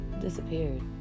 disappeared